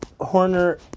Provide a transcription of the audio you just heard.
Horner